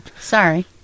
Sorry